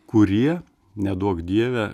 kurie neduok dieve